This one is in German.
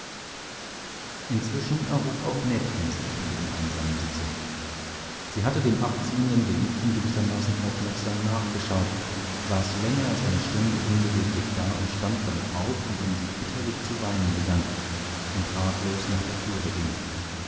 inzwischen erhob auch nettchen sich von ihrem einsamen sitze sie hatte dem abziehenden geliebten gewissermaßen aufmerksam nachgeschaut saß länger als eine stunde unbeweglich da und stand dann auf indem sie bitterlich zu weinen begann und ratlos nach der türe ging